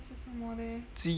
鸡汤